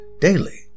daily